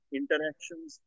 interactions